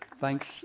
Thanks